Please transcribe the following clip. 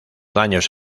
daños